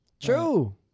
True